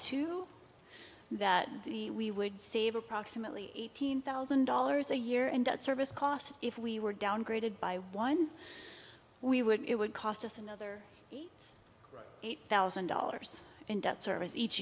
two that we would save approximately eight hundred thousand dollars a year in debt service costs if we were downgraded by one we would it would cost us another eight thousand dollars in debt service each